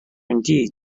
indeed